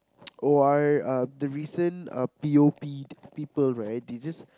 O R uh the recent P_O_P people right they just